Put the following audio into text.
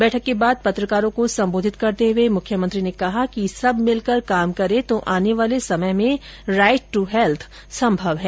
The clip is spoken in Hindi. बैठक के बाद पत्रकारों को संबोधित करते हये मुख्यमंत्री ने कहा कि सब मिलकर काम करें तो आने वाले समय में राईट दू हैत्थ संभव है